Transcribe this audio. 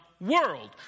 world